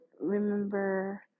remember